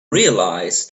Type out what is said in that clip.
realize